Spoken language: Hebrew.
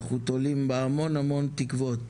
אנחנו תולים בה המון המון תקוות.